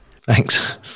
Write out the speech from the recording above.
Thanks